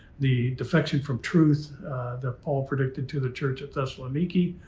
the defection from truth that paul predicted to the church of thessaloniki.